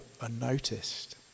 unnoticed